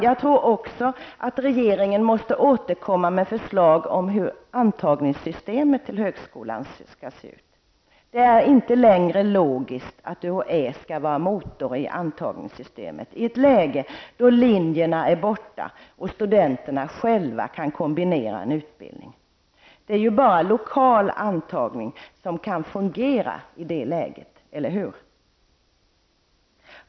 Jag tror också att regeringen måste återkomma med förslag om hur antagningssystemet till högskolan skall se ut. Det är inte längre logiskt att UHÄ skall vara motor i antagningssystemet, i ett läge då linjerna är borta och studenterna själva kan kombinera en utbildning. Det är bara lokal antagning som kan fungera i det läget, eller hur?